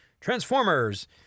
transformers